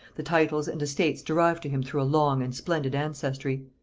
the titles and estates derived to him through a long and splendid ancestry.